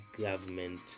government